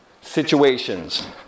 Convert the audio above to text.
Situations